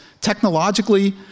Technologically